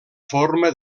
forma